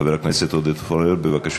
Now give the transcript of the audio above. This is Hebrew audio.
חבר הכנסת עודד פורר, בבקשה,